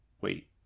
Wait